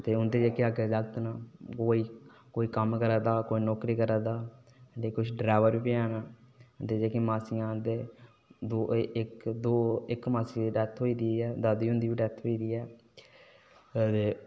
ते उंदे जेह्के अग्गै जाक्त न कोई कम्म करा दा कोई नौकरी करा दा ते कुछ ड्राईवर बी हैन ते जेह्कियां मासियां न ते इक मासी दी डैत्थ होई दी ऐ दादी हुंदी बी डैत्थ होई दी ऐ होर